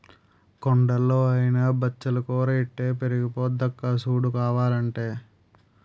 కొండల్లో అయినా బచ్చలి కూర ఇట్టే పెరిగిపోద్దక్కా సూడు కావాలంటే